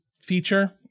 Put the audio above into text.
feature